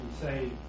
say